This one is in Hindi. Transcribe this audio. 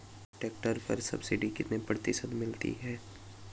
ट्रैक्टर पर सब्सिडी कितने प्रतिशत मिलती है?